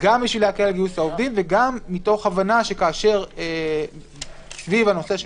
גם כדי להקל על גיוס העובדים וגם מתוך הבנה שסביב הנושא של